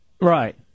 Right